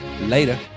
Later